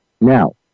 Now